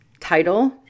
title